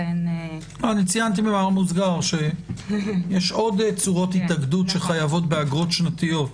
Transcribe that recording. ציינתי במאמר מוסגר שיש עוד צורות התאגדות שחייבות באגרות שנתיות.